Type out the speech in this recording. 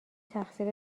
تقصیر